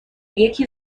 یکی